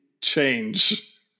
change